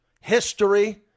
history